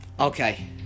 Okay